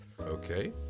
Okay